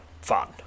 fun